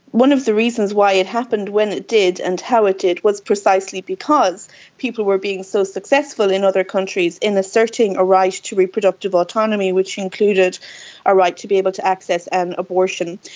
one of the reasons why it happened when it did and how it did was precisely because people were being so successful in other countries in asserting a right to reproductive autonomy, which included a right to be able to access an abortion.